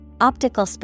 Optical